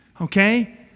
Okay